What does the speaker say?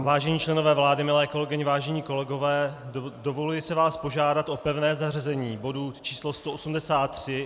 Vážení členové vlády, milé kolegyně, vážení kolegové, dovoluji si vás požádat o pevné zařazení bodu číslo 183.